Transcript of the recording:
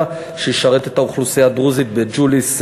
שישרת את האוכלוסייה הדרוזית בג'וליס,